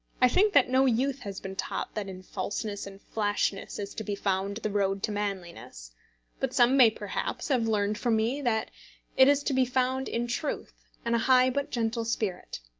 i think that no youth has been taught that in falseness and flashness is to be found the road to manliness but some may perhaps have learned from me that it is to be found in truth and a high but gentle spirit.